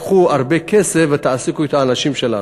קחו הרבה כסף ותעסיקו את האנשים שלנו.